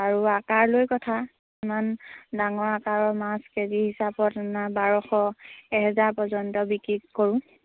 আৰু আকাৰ লৈ কথা ইমান ডাঙৰ আকাৰৰ মাছ কেজি হিচাপত আমাৰ বাৰশ এহেজাৰ পৰ্যন্ত বিক্ৰী কৰোঁ